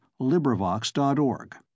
LibriVox.org